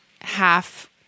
half